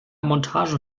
montage